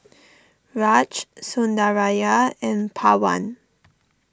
Raj Sundaraiah and Pawan